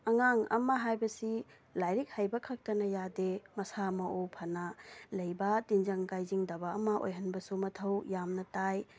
ꯑꯉꯥꯡ ꯑꯃ ꯍꯥꯏꯕꯁꯤ ꯂꯥꯏꯔꯤꯛ ꯍꯩꯕ ꯈꯛꯇꯅ ꯌꯥꯗꯦ ꯃꯁꯥ ꯃꯎ ꯐꯅ ꯂꯩꯕ ꯇꯤꯟꯖꯪ ꯀꯥꯏꯖꯪꯗꯕ ꯑꯃ ꯑꯣꯏꯕꯁꯨ ꯃꯊꯧ ꯌꯥꯝꯅ ꯇꯥꯏ